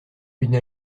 une